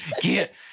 get